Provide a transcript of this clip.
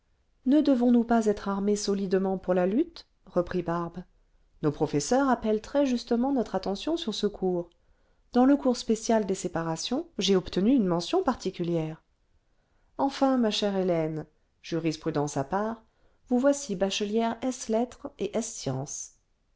ne devons-nous pas être armées solidement pour la lutte reprit barbe nos professeurs appellent très justement notre attention sur ce cours dans le cours spécial des séparations j'ai obtenu une mention particulière enfin ma chère hélène jurisprudence à part vous voici bachelière es lettres et es sciences